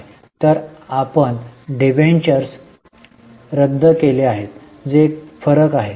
याचा अर्थ असा की आपण पैसे दिले आहेत आणि किती रक्कम 29000 ची डीबेंचर्स रद्द केली आहेत जी एक फरक आहे